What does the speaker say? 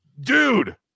dude